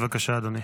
בבקשה, אדוני.